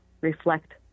reflect